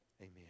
Amen